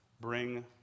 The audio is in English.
Bring